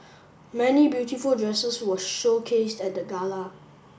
many beautiful dresses were showcased at the gala